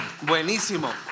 buenísimo